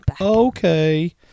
okay